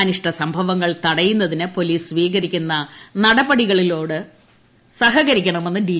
അനിഷ്ട സംഭവങ്ങൾ തടയുന്നതിന് പോലീസ് സ്വീകരിക്കുന്ന നടപടികളോട് സഹകരിക്കണമെന്ന് ഡി